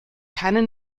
keine